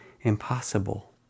impossible